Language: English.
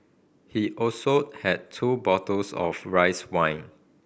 he also had two bottles of rice wine